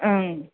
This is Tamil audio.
ஆ